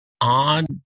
on